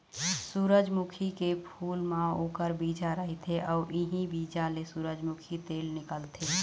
सूरजमुखी के फूल म ओखर बीजा रहिथे अउ इहीं बीजा ले सूरजमूखी तेल निकलथे